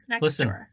Listen